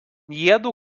jiedu